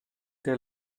der